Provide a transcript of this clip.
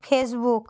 Facebook